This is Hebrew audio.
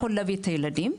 יכול להביא את הילדים,